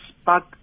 spark